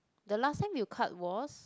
the last time you cut was